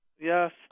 Yes